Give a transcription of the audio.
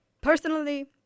personally